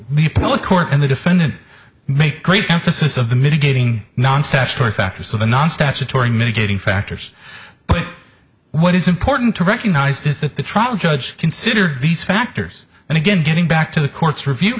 the court and the defendant make great consciousness of the mitigating non statutory factors of the non statutory mitigating factors but what is important to recognize is that the trial judge considered these factors and again getting back to the court's review